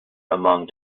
among